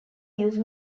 use